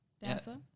Dancer